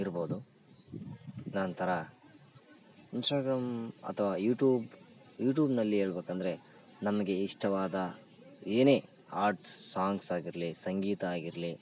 ಇರ್ಬೋದು ನಂತರ ಇನ್ಸ್ಟಾಗ್ರಾಮ್ ಅಥವಾ ಯುಟ್ಯೂಬ್ ಯುಟ್ಯೂಬ್ನಲ್ಲಿ ಹೇಳ್ಬೇಕಂದ್ರೆ ನಮಗೆ ಇಷ್ಟವಾದ ಏನೇ ಹಾಡ್ಸ್ ಸಾಂಗ್ಸ್ ಆಗಿರಲಿ ಸಂಗೀತ ಆಗಿರಲಿ